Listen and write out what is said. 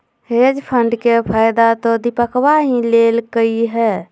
hedge fund के फायदा तो दीपकवा ही लेल कई है